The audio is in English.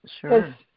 Sure